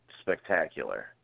spectacular